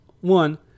one